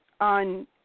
on